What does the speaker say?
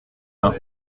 bains